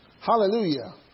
Hallelujah